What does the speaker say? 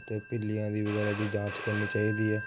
ਅਤੇ ਪਿੱਲੀਆਂ ਦੀ ਵਗੈਰਾ ਦੀ ਜਾਂਚ ਕਰਨੀ ਚਾਹੀਦੀ ਹੈ